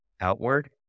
outward